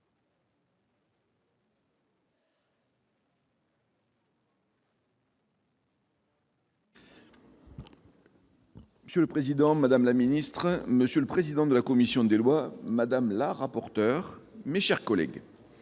Monsieur le président, madame la ministre, monsieur le président de la commission des lois, madame la rapporteure, mes chers collègues,